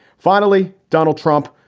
finally, donald trump,